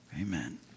Amen